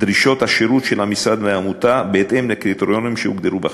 דרישות השירות של המשרד מהעמותה בהתאם לקריטריונים שהוגדרו בחוק.